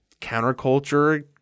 counterculture